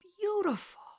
beautiful